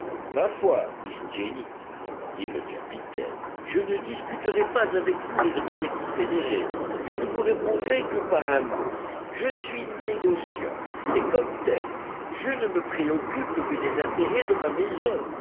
ma foi miss jenny répondit le capitaine je ne discuterai pas avec vous le droit des confédérés je ne vous répondrai que par un mot je suis négociant et comme tel je ne me préoccupe que des intérêts de ma maison